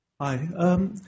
Hi